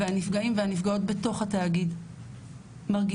והנפגעים והנפגעות בתוך התאגיד מרגישים